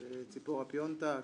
ציפורה פיונטק,